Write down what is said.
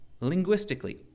linguistically